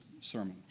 sermon